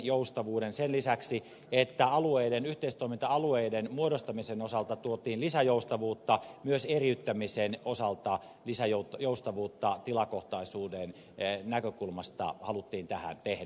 sen lisäksi että yhteistoiminta alueiden muodostamisen osalta tuotiin lisäjoustavuutta myös eriyttämisen osalta lisäjoustavuutta tilakohtaisuuden näkökulmasta haluttiin tähän tehdä